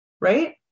right